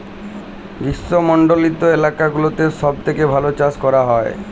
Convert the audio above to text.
গ্রীস্মমন্ডলিত এলাকা গুলাতে সব থেক্যে ভাল চাস ক্যরা হ্যয়